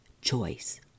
choice